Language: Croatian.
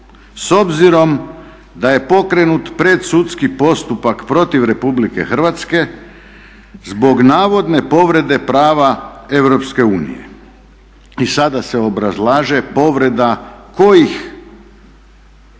s obzirom da je pokrenut predsudski postupak protiv Republike Hrvatske zbog navodne povrede prava Europske unije. I sada se obrazlaže povreda kojih